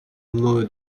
мною